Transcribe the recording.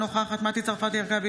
אינה נוכחת מטי צרפתי הרכבי,